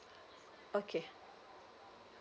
okay